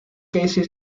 casey